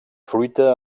fruita